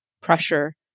pressure